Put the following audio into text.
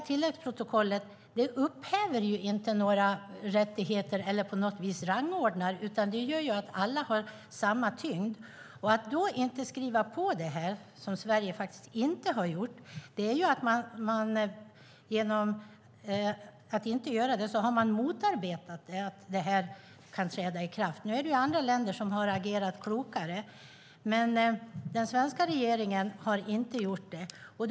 Tilläggsprotokollet varken upphäver eller på något vis rangordnar rättigheter, utan alla har samma tyngd. Genom att inte skriva på, vilket Sverige inte gjort, har man motarbetat dess möjlighet att träda i kraft. Nu finns det andra länder som har agerat klokare. Den svenska regeringen har alltså inte skrivit på.